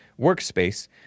Workspace